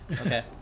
Okay